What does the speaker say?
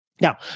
Now